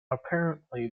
apparently